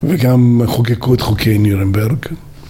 וגם חוקקו את חוקי נירנברג.